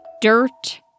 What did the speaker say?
Dirt